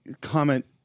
comment